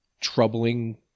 troubling